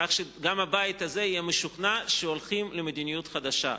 כך שגם הבית הזה יהיה משוכנע שהולכים למדיניות חדשה.